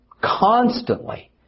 constantly